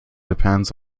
depends